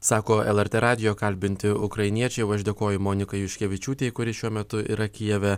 sako lrt radijo kalbinti ukrainiečiai o aš dėkoju monikai juškevičiūtei kuri šiuo metu yra kijeve